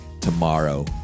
tomorrow